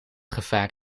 gevaar